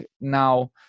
Now